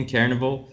Carnival